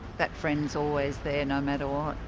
that friend is always there no matter what.